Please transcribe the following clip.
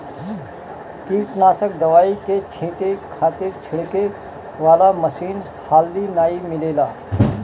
कीटनाशक दवाई के छींटे खातिर छिड़के वाला मशीन हाल्दी नाइ मिलेला